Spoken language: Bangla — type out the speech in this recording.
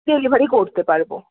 ডেলিভারি করতে পারব